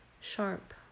sharp